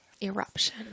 Eruption